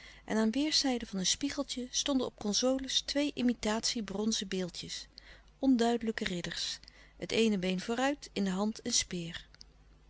en aan weêrszijde van een spiegeltje stonden op consoles twee imitatie bronzen beeldjes onduidelijke ridders het eene been vooruit in de hand een speer